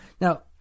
Now